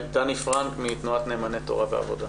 תני פרנק מתנועת נאמני תורה ועבודה.